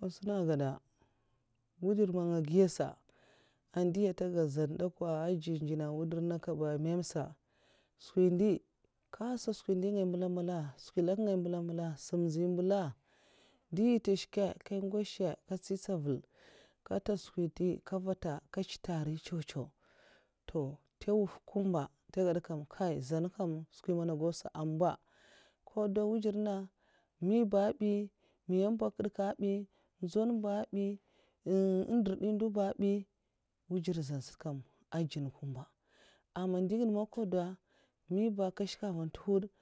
Kè suna gada wujid ma nga giya sa a ndihi tè gada' zan sa dè kwa'èh djènè' a wujid nènga man mama ntè'skwi ndè nga nhasa skwi ndè ngaya mbèla mbèla a sam nzi mbèla a nduhi tè shkè nkè ngwoshè' ka tsi tsaval ka'tèt skwi ndè kè vata kètsèta nri cèw'cèw' to ntè nwuffè kumba ntè gèd kam kaii zansa kam skwi man a gau sa amba kumba koda n'njun nna ko dan skwi man au gau miya nta a kèdka bi èn ndirdi nduba kagiya bi wujar zan kam èh djènè kumba amwi na sa makwo do sa miy ba èh kèdka kabi'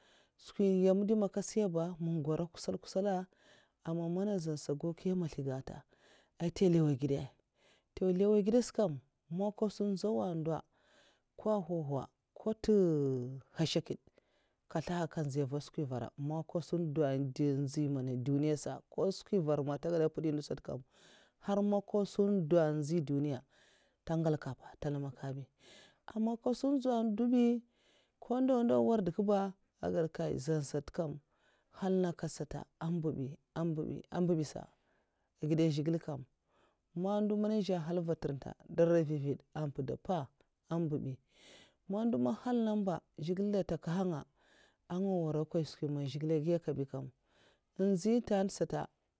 skwi nyèm man ka ssiya ba' èn gwura'a nkusal nkusal mwi masliga n' ntè ntè ndo man ko tè hashèkèd ko skwi vara man t'gèd a ka mpudi ndu ba har man nga sun nzau ndu duniya ntè ngal pa ntè munakwa mp bi ndu ndawa ndaw wardè ka zan sata kaii nhal nènga sata amba bi amba bi sa a gidè zhigilè kam kaii man ndo man zhè hal ntè'tè dè rda vavèd un mpuda pa